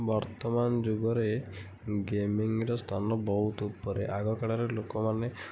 ବର୍ତ୍ତମାନ ଯୁଗରେ ଗେମିଙ୍ଗର ସ୍ଥାନ ବହୁତ ଉପରେ ଆଗକାଳରେ ଲୋକମାନେ